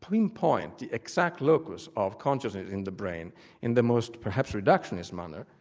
pinpoint the exact locus of consciousness in the brain in the most perhaps reductionist manner.